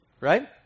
right